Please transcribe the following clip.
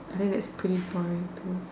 I think that's pretty boring too